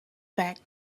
back